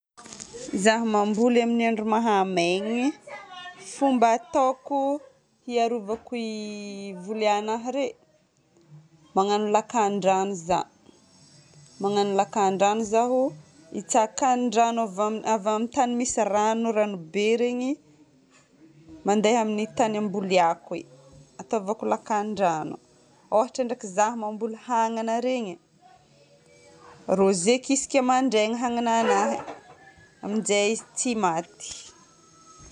Izaho mamboly amin'ny andro mahamay igny, fomba ataoko hiarovako i voly anahy re: magnano lakan-drano zaho, magnano lakan-drano zaho hitsakan'ny rano avy amin'ny- avy amin'ny tany misy rano- ranobe iregny mandeha amin'ny tany amboliako e. Atôvako lakan-drano. ôhatra ndraiky zaho mamboly hanana iregny, arozeko isaka mandraigny hagnana rano. Aminjay izy tsy maty.